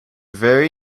very